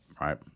right